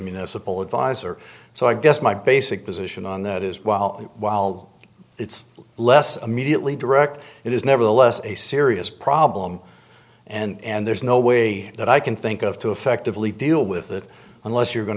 municipal advisor so i guess my basic position on that is well while it's less immediately direct it is nevertheless a serious problem and there's no way that i can think of to effectively deal with that unless you're going